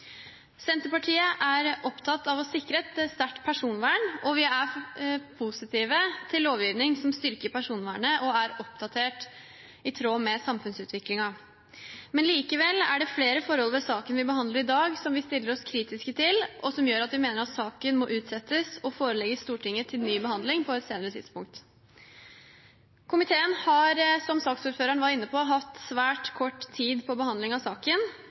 Senterpartiet er opptatt av å sikre et sterkt personvern, og vi er positive til lovgivning som styrker personvernet og er oppdatert i tråd med samfunnsutviklingen. Likevel er det flere forhold ved saken vi behandler i dag, som vi stiller oss kritiske til, og som gjør at vi mener saken må utsettes og forelegges Stortinget til ny behandling på et senere tidspunkt. Komiteen har, som saksordføreren var inne på, hatt svært kort tid på behandling av saken,